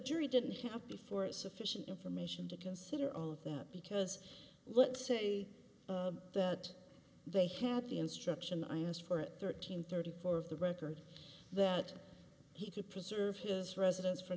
jury didn't have before sufficient information to consider all of that because let's say that they have the instruction i asked for at thirteen thirty four of the record that he could preserve his residen